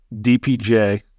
DPJ